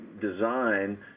Design